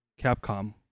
Capcom